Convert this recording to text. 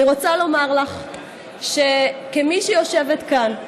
אני רוצה לומר לך שכמי שיושבת כאן,